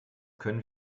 können